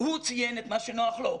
הוא ציין את מה שנוח לו.